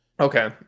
Okay